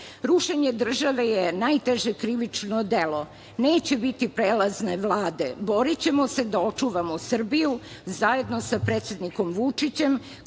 nasilja.Rušenje države je najteže krivično delo. Neće biti prelazne Vlade. Borićemo se da očuvamo Srbiju zajedno sa predsednikom Vučićem